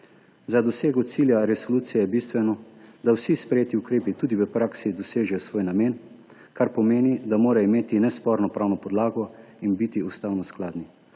Za dosego cilja resolucije je bistveno, da vsi sprejeti ukrepi tudi v praksi dosežejo svoj namen, kar pomeni, da morajo imeti nesporno pravno podlago in biti ustavno skladni.